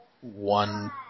one